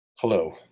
Hello